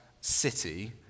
city